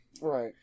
Right